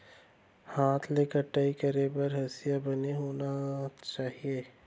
हाथ ले कटाई करे बर हसिया बने होही का?